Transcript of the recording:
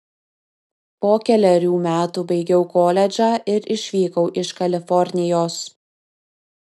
po kelerių metų baigiau koledžą ir išvykau iš kalifornijos